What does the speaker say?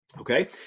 Okay